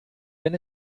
wenn